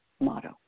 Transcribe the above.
motto